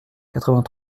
quarante